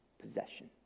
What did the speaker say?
possession